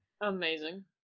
Amazing